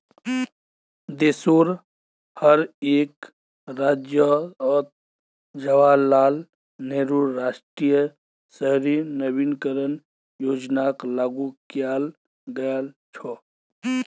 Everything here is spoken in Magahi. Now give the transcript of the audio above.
देशोंर हर एक राज्यअत जवाहरलाल नेहरू राष्ट्रीय शहरी नवीकरण योजनाक लागू कियाल गया छ